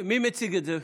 מי מציג את זה?